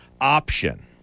option